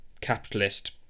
capitalist